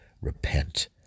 repent